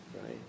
right